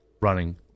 running